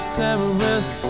terrorist